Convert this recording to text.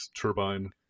turbine